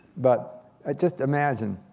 but ah just imagine.